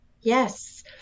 Yes